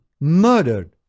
murdered